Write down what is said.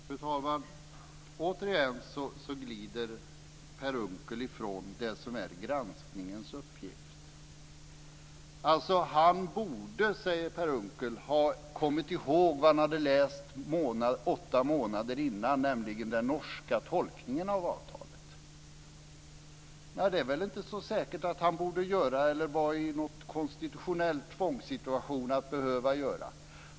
Fru talman! Återigen glider Per Unckel ifrån det som är granskningens uppgift. Per Unckel säger att Björn Rosengren borde ha kommit ihåg vad han hade läst åtta månader tidigare, nämligen den norska tolkningen av avtalet. Det är väl inte så säkert att han borde göra det. Han befann sig inte i någon konstitutionell tvångssituation att behöva göra det.